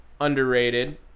underrated